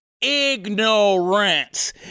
ignorance